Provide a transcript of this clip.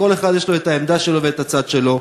כל אחד יש לו העמדה שלו והצד שלו.